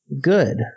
good